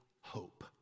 hope